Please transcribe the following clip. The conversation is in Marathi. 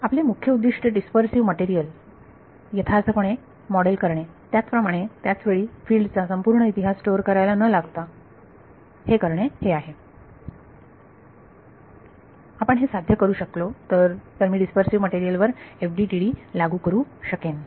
आपले मुख्य उद्दिष्ट डीस्पर्सीव्ह मटेरियल यथार्थ पणे मॉडेल करणे त्याच प्रमाणे त्याच वेळी फिल्ड चा संपूर्ण इतिहास स्टोअर करायला न लागता हे करणे हे आहे आपण हे साध्य करू शकलो तर तर मी डीस्पर्सीव्ह मटेरियल वर FDTD लागू करू शकेन